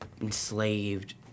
enslaved